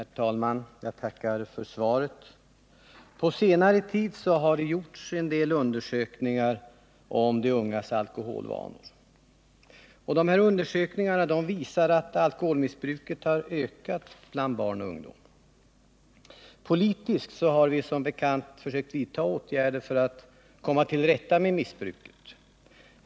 Herr talman! Jag tackar för svaret. På senare tid har det gjorts en del undersökningar om de ungas alkoholvanor. Dessa undersökningar visar att alkoholmissbruket har ökat bland barn och ungdom. Politiskt har vi som bekant försökt vidta åtgärder för att komma till rätta med missbruket.